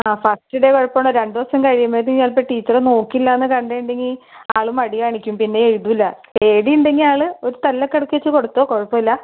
ആ first day കുഴപ്പമുണ്ടോ രണ്ട് ദിവസം കഴിയുമ്പോഴ്ത്തേന് ചിലപ്പം ടീച്ചറ് നോക്കില്ലാന്ന് കണ്ടേണ്ടങ്കി ആൾ മടി കാണിക്കും പിന്നെ എഴുതൂല പേടിയുണ്ടെങ്കിൽ ആൾ ഒരു തല്ലൊക്കെ ഇടക്ക് വെച്ച് കൊടുത്തോ കുഴപ്പമില്ല